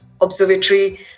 Observatory